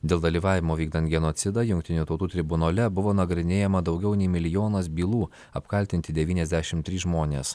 dėl dalyvavimo vykdant genocidą jungtinių tautų tribunole buvo nagrinėjama daugiau nei milijonas bylų apkaltinti devyniasdešim trys žmonės